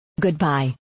Goodbye